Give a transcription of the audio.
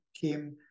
came